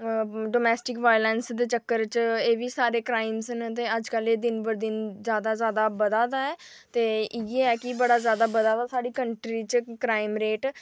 domestic violence दे चक्कर च एह्बी सारे क्राईम न ते जुर्म दिनो दिन बधा दा ऐ ते इयै की बड़ा जादा बधा दा साढ़ी कंट्री च क्राईम रेट